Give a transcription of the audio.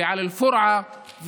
ועל אל-פורעה,